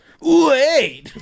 wait